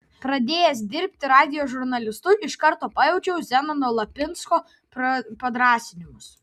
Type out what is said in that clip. pradėjęs dirbti radijo žurnalistu iš karto pajaučiau zenono lapinsko padrąsinimus